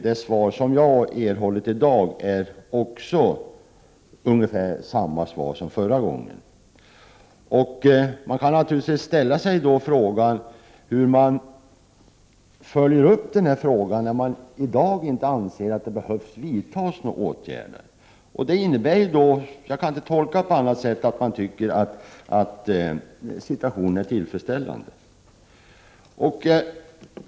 Det svar jag har erhållit i dag är också ungefär detsamma som det som gavs här i riksdagen för en månad sedan. Man kan undra hur denna fråga följs upp, när det i dag inte anses att åtgärder behöver vidtas. Jag kan inte tolka svaret på annat sätt än att man tycker att situationen är tillfredsställande.